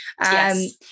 Yes